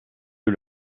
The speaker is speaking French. eux